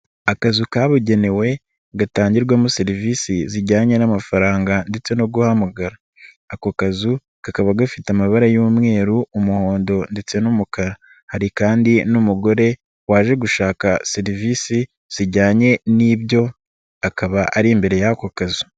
Akazu kabugenewe gatangirwamo serivisi zijyanye n'amafaranga ndetse no guhamagara, ako kazu kakaba gafite amabara y'umweru, umuhondo ndetse n'umukara, hari kandi n'umugore waje gushaka serivisi zijyanye n'ibyo akaba ari imbere y'ako kazu.